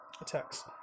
attacks